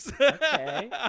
Okay